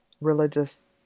religious